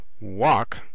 walk